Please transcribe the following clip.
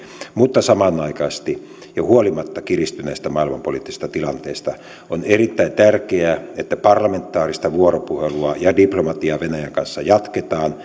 mutta samanaikaisesti ja huolimatta kiristyneestä maailmanpoliittisesta tilanteesta on erittäin tärkeää että parlamentaarista vuoropuhelua ja diplomatiaa venäjän kanssa jatketaan